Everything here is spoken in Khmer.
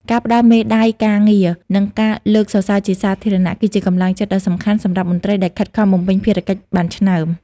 ការផ្តល់មេដាយការងារ និងការលើកសរសើរជាសាធារណៈ គឺជាកម្លាំងចិត្តដ៏សំខាន់សម្រាប់មន្ត្រីដែលខិតខំបំពេញភារកិច្ចបានឆ្នើម។